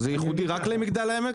זה ייחודי רק למגדל העמק?